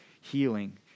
healing